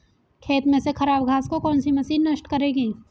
खेत में से खराब घास को कौन सी मशीन नष्ट करेगी?